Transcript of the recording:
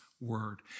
word